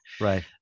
right